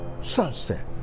sunset